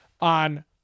on